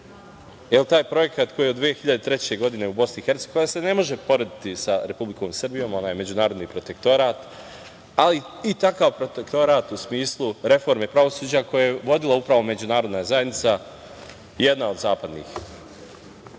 jer taj projekat koji je od 2003. godine u BiH koja se ne može porediti sa Republikom Srbijom, ona je međunarodni protektorat, ali i takav protektorat u smislu reforme pravosuđa, koje je vodila međunarodna zajednica, jedna od zapadnih